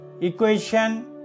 equation